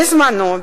בזמנו,